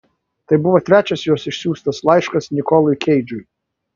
tai buvo trečias jos išsiųstas laiškas nikolui keidžui